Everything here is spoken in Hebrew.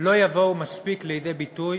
לא יבואו מספיק לידי ביטוי